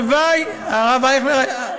הלוואי, הרב אייכלר,